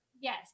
yes